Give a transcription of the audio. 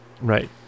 right